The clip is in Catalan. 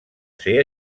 ser